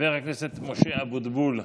חבר הכנסת משה אבוטבול.